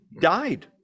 Died